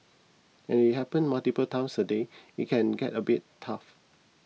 and it happens multiple times a day it can get a bit tough